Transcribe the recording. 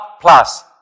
plus